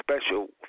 special